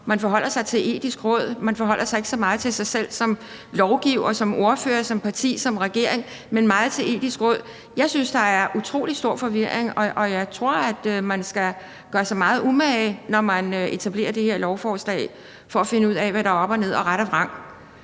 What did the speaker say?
Man forholder sig til Det Etiske Råd. Man forholder sig ikke så meget til sig selv som lovgiver, som ordfører, som parti, som regering, men meget til Det Etiske Råd. Jeg synes, der er utrolig stor forvirring, og jeg tror, at man skal gøre sig meget umage, når man etablerer det her lovforslag, for at finde ud af, hvad der er op og ned og ret og vrang.